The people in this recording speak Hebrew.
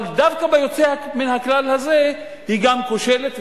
אבל דווקא ביוצא מן הכלל הזה היא גם כושלת,